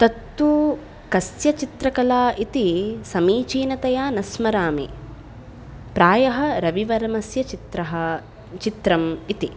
तत्तु कस्य चित्रकला इति समीचिनतया न स्मरामि प्रायः रविवर्मस्य चित्रम् इति